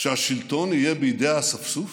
שהשלטון יהיה בידי האספסוף?